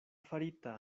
farita